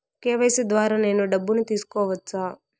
KYC ద్వారా నేను డబ్బును తీసుకోవచ్చా?